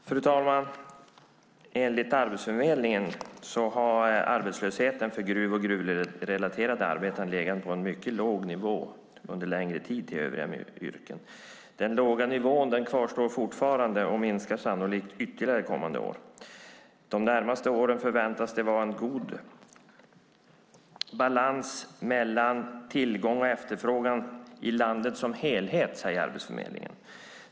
Fru talman! Enligt Arbetsförmedlingen har arbetslösheten för gruv och gruvrelaterade arbeten legat på en mycket låg nivå under längre tid jämfört med övriga yrken. Den låga nivån kvarstår fortfarande och minskar sannolikt ytterligare kommande år. De närmaste åren förväntas det vara en god balans mellan tillgång och efterfrågan i landet som helhet, säger man på Arbetsförmedlingen.